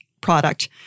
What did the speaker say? product